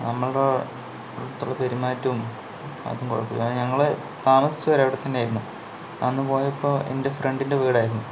നമ്മളോട് അടുത്തുള്ള പെരുമാറ്റവും അതും കുഴപ്പമില്ല ഞങ്ങള് താമസിച്ചത് ഒരേടത്ത് തന്നെയായിരുന്നു അന്ന് പോയപ്പോൾ എൻ്റെ ഫ്രണ്ടിൻ്റെ വീടായിരുന്നു